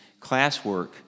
classwork